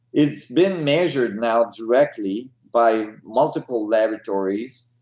it's been measured now directly by multiple laboratories.